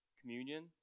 communion